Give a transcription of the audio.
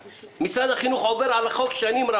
משרד החינוך עובר על החוק במשך שנים.